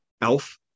Elf